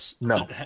No